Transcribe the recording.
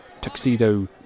tuxedo